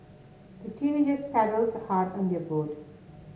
the teenagers paddled hard on their boat